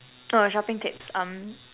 oh shopping tips um